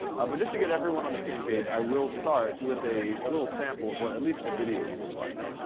but just to get everyone on the same page, i will start with a little sample of what at least the videos look like.